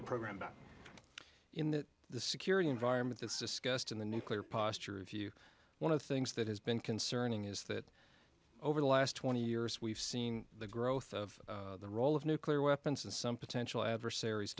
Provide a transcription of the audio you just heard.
the program back in that the security environment that's discussed in the nuclear posture review one of the things that has been concerning is that over the last twenty years we've seen the growth of the role of nuclear weapons and some potential adversaries